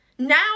Now